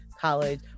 College